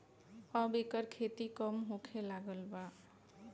अब एकर खेती कम होखे लागल बा